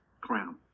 crown